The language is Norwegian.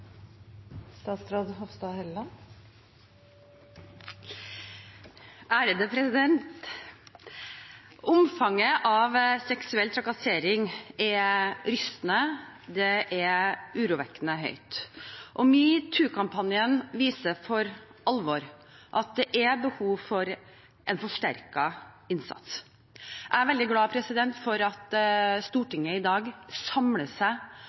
rystende, det er urovekkende høyt. Metoo-kampanjen viser for alvor at det er behov for en forsterket innsats. Jeg er veldig glad for at Stortinget i dag samler seg